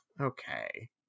okay